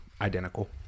identical